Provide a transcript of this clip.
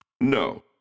No